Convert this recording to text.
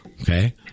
Okay